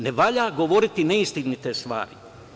Ne valja govoriti neistinite stvari.